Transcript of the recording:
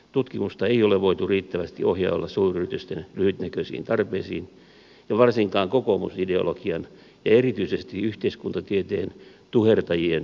tutkimusta ei ole voitu riittävästi ohjailla suuryritysten lyhytnäköisiin tarpeisiin ja varsinkaan kokoomusideologian ja erityisesti yhteiskuntatieteen tuhertajien pönkittämiseen